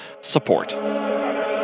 support